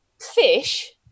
fish